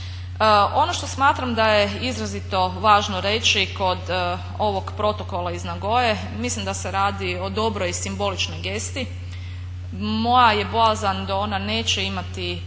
Ono što smatram da je izrazito važno reći kod ovog protokola iz Nagoye mislim da se radi o dobroj simboličnoj gesti. Moja je bojazan da ona neće imati